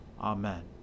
Amen